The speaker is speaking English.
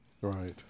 Right